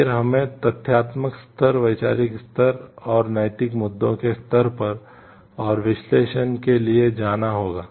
फिर हमें तथ्यात्मक स्तर वैचारिक स्तर और नैतिक मुद्दों के स्तर पर और विश्लेषण के लिए जाना होगा